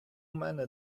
мене